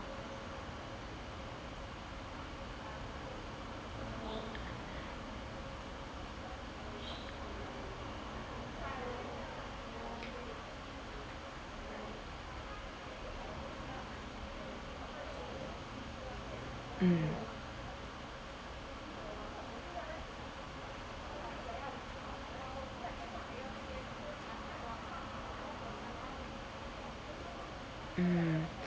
mm mm